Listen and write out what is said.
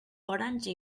orange